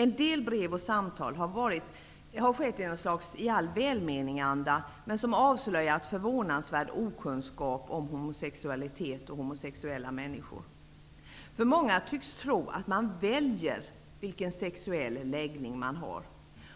En del brev och samtal har skett i något slags ''all välmening-anda'' men avslöjat en förvånansvärd okunskap om homosexualitet och homosexuella människor. Många tycks nämligen tro att man väljer vilken sexuell läggning man vill ha.